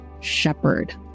shepherd